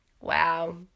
Wow